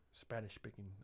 Spanish-speaking